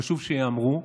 חשוב שייאמרו,